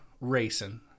racing